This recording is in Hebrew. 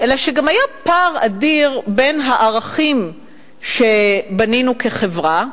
אלא שגם היה פער אדיר בין הערכים שבנינו כחברה,